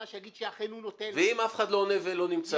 שיגיד שאכן הוא נותן --- ואם אף אחד לא עונה ולא נמצא?